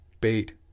Bait